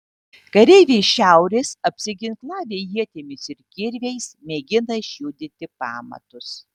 kareiviai iš šiaurės apsiginklavę ietimis ir kirviais mėgina išjudinti pamatus